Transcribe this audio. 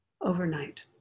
overnight